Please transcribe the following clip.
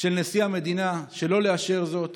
של נשיא המדינה שלא לאשר זאת